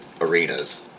arenas